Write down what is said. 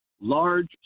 large